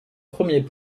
premiers